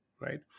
right